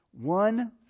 One